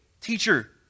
teacher